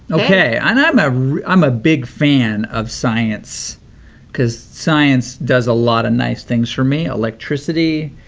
okay, and i'm ah i'm a big fan of science because science does a lot of nice things for me, electricity,